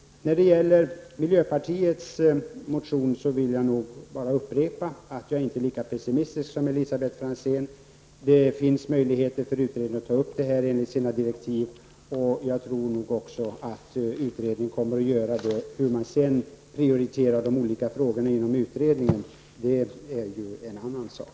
När det gäller miljöpartiets motion vill jag upprepa att jag är inte lika pessimistisk som Elisabet Franzén. Det finns möjligheter för utredningen att ta upp denna fråga i enlighet med direktiven. Jag tror också att utredningen kommer att göra det. Hur frågorna sedan prioriteras inom utredningen är en annan sak.